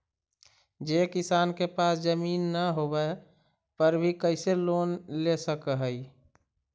जे किसान के पास जमीन न होवे पर भी कैसे लोन ले सक हइ?